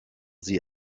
sie